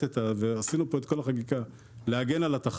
את --- עשינו פה את כל החקיקה להגן על התחרות,